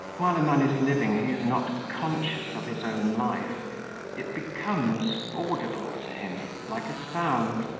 while a man is living he is not conscious of his own life it becomes audible to him, like a sound,